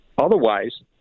otherwise